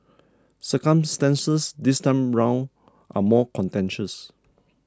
circumstances this time around are more contentious